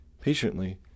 patiently